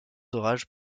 orages